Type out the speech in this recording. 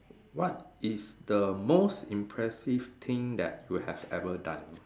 what is the most impressive thing that you have ever done